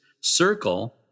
circle